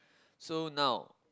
so now